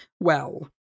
Well